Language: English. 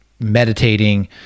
meditating